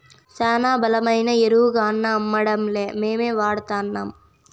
శానా బలమైన ఎరువుగాన్నా అమ్మడంలే మేమే వాడతాన్నం